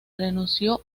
renunció